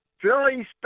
Philly